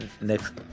next